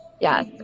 yes